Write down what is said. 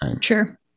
Sure